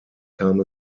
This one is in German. kam